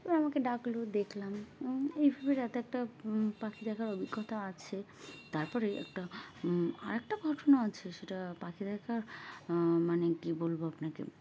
ওরা আমাকে ডাকল দেখলাম এইভাবে রাতে একটা পাখি দেখার অভিজ্ঞতা আছে তার পরে একটা আর একটা ঘটনা আছে সেটা পাখি দেখার মানে কী বলব আপনাকে